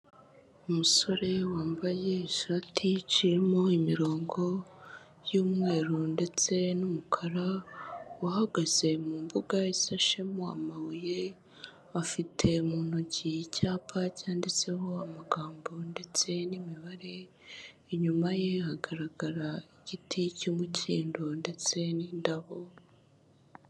Umusore wambaye ishati iciyemo imirongo y'umweru ndetse n'umukara uhagaze mu mbuga isashemo amabuye. Afite mu ntoki icyapa cyanditseho amagambo ndetse n'imibare, inyuma ye hagaragara igiti cy'umukindo ndetse n'indabo.